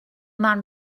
man